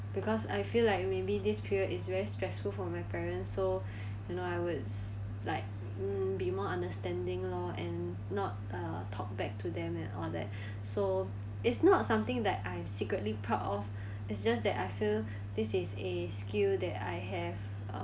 because I feel like maybe this period is very stressful for my parents so you know I was like um be more understanding loh and not uh talk back to them and all that so it's not something that I'm secretly proud of it's just that I feel this is a skill that I have